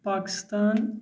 Pakistan